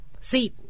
see